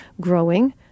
growing